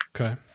Okay